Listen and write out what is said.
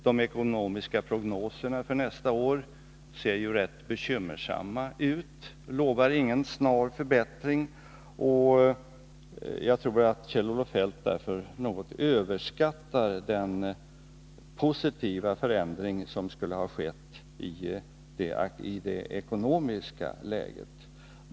De ekonomiska prognoserna för nästa år ser rätt bekymmersamma ut och lovar ingen snar förbättring. Jag tror därför att Kjell-Olof Feldt något överskattar den positiva förändring i det ekonomiska läget som skulle ha skett.